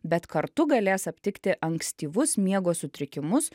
bet kartu galės aptikti ankstyvus miego sutrikimus